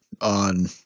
on